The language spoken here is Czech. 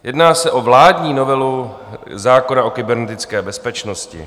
Jedná se o vládní novelu zákona o kybernetické bezpečnosti.